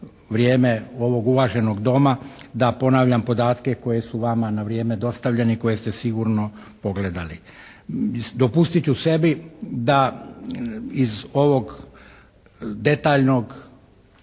vrijeme ovog uvaženog Doma, da ponavljam podatke koje su vama na vrijeme dostavljeni, koje ste sigurno pogledali. Dopustit ću sebi da iz ovog detaljnog